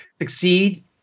succeed